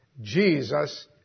Jesus